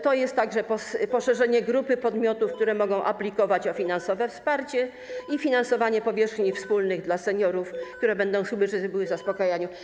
To jest także poszerzenie grupy podmiotów, które mogą aplikować o finansowe wsparcie, i finansowanie powierzchni wspólnych dla seniorów, które będą służyły zaspokajaniu.